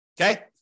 Okay